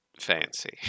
fancy